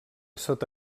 sota